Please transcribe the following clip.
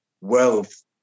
wealth